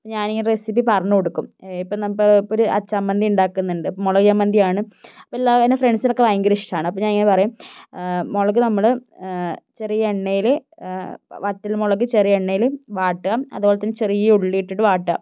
ഞാനിങ്ങനെ റെസിപ്പി പറഞ്ഞു കൊടുക്കും ഇപ്പോൾ ഇപ്പോഴൊരു ചമ്മന്തി ഉണ്ടാക്കുന്നുണ്ട് മുളക് ചമ്മന്തിയാണ് അപ്പോൾ എല്ലാ എന്റെ ഫ്രണ്ട്സിനൊക്കെ ഭയങ്കര ഇഷ്ടമാണ് അപ്പോൾ ഞാനിങ്ങനെ പറയും മുളക് നമ്മൾ ചെറിയ എണ്ണയിൽ വറ്റൽമുളക് ചെറിയ എണ്ണയിൽ വാട്ടുക അതേപോലെത്തന്നെ ചെറിയ ഉള്ളി ഇട്ടിട്ട് വാട്ടുക